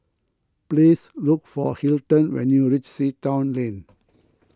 please look for Hilton when you reach Sea Town Lane